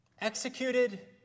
executed